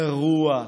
גרוע,